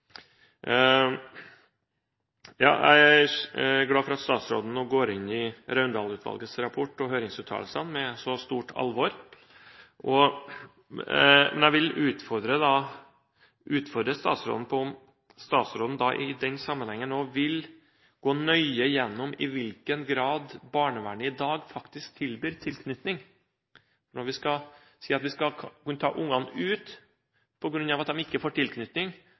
er glad for at statsråden nå går inn i Raundalen-utvalgets rapport og høringsuttalelsene med så stort alvor, men jeg vil utfordre statsråden på om hun i den sammenheng også vil gå nøye gjennom i hvilken grad barnevernet i dag faktisk tilbyr tilknytning. Når vi sier at vi skal kunne ta barna ut på grunn av at de ikke får tilknytning,